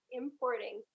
importing